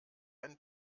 einen